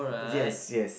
yes yes